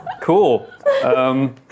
Cool